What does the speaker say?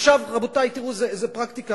עכשיו, רבותי, תראו, זה פרקטיקה.